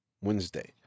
Wednesday